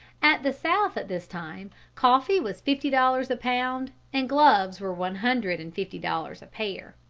at the south at this time coffee was fifty dollars a pound and gloves were one hundred and fifty dollars a pair.